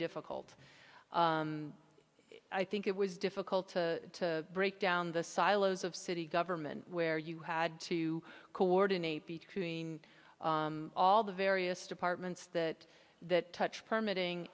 difficult i think it was difficult to break down the silos of city government where you had to coordinate between all the various departments that that touch permitting